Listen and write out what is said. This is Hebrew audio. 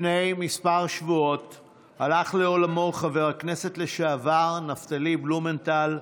לפני כמה שבועות הלך לעולמו חבר הכנסת לשעבר נפתלי בלומנטל,